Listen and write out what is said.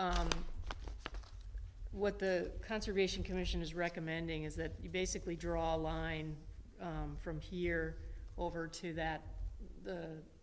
see what the conservation commission is recommending is that you basically draw a line from here over to that